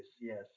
yes